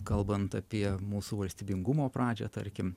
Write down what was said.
kalbant apie mūsų valstybingumo pradžią tarkim